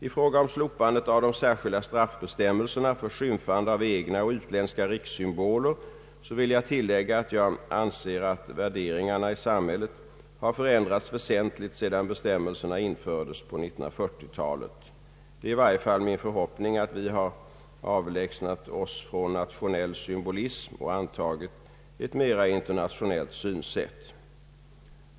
I fråga om slopande av de särskilda straffbestämmelserna för skymfande av egna och utländska rikssymboler vill jag tillägga, att jag anser att värderingarna i samhället har förändrats väsentligt sedan bestämmelserna infördes på 1940 talet. Det är i varje fall min förhoppning att vi har avlägsnat oss från nationell symbolism och antagit ett mera internationellt synsätt.